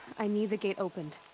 i need the gate opened.